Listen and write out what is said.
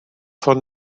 von